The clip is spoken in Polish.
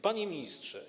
Panie Ministrze!